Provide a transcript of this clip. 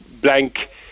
blank